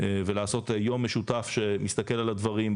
ולעשות יום משותף שמסתכל על הדברים,